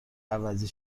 عوضی